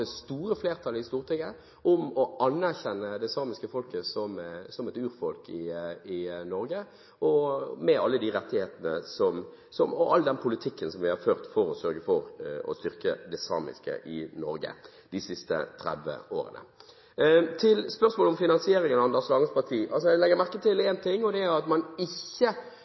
store flertallet i Stortinget om å anerkjenne det samiske folket som et urfolk i Norge, med alle de rettigheter som er, og om den politikken som vi har ført for å sørge for å styrke det samiske i Norge de siste 30 årene. Til spørsmålet om finansiering av Anders Langes Parti: Jeg legger merke til én ting, og det er at man ikke